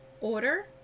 Order